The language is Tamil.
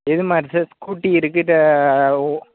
எது மாதிரி சார் ஸ்கூட்டி இருக்குது இது ஒ